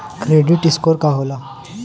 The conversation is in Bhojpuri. क्रेडीट स्कोर का होला?